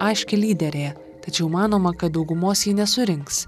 aiški lyderė tačiau manoma kad daugumos ji nesurinks